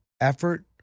effort